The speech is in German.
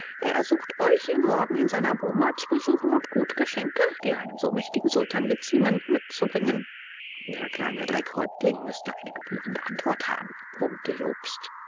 er ersucht euch ihn morgen in seiner boma zu besuchen und gute geschenke die einem so mächtigen sultan geziemen mitzubringen der kleine dreckhäuptling müßte eine gebührende antwort haben brummte jobst